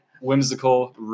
whimsical